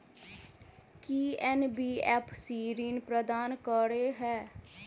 की NBFC ऋण प्रदान करे है?